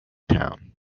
town